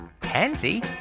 pansy